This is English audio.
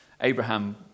Abraham